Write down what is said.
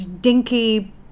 dinky